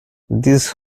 this